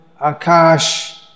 Akash